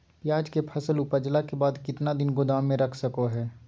प्याज के फसल उपजला के बाद कितना दिन गोदाम में रख सको हय?